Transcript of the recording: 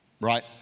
Right